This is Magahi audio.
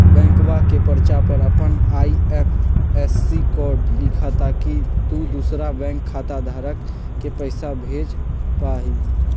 बैंकवा के पर्चा पर अपन आई.एफ.एस.सी कोड लिखा ताकि तु दुसरा बैंक खाता धारक के पैसा भेज पा हीं